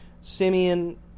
Simeon